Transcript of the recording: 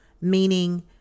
meaning